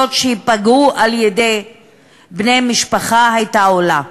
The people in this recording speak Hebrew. שייפגעו על-ידי בני משפחה הייתה עולה,